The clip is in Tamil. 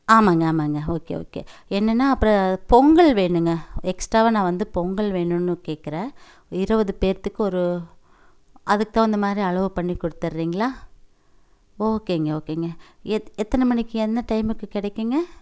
ஆமாங்க ஆமாங்க ஓகே ஓகே என்னென்னால் அப்புறம் பொங்கல் வேணுங்க எக்ஸ்ட்ராவாக நான் வந்து பொங்கல் வேணும்னு கேட்கறேன் இருபது பேர்த்துக்கு ஒரு அதுக்கு தகுந்த மாதிரி அளவு பண்ணிக் குடுத்துடறீங்களா ஓகேங்க ஓகேங்க எத் எத்தனை மணிக்கு என்ன டைம்முக்கு கிடைக்குங்க